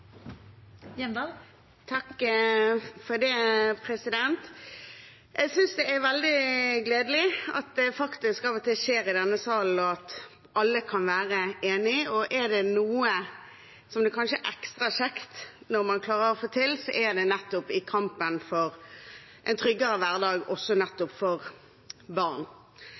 veldig gledelig at det faktisk av og til skjer i denne sal at alle kan være enige. Er det noe som kanskje er ekstra kjekt å klare å få til, er det nettopp kampen for en tryggere hverdag for barn.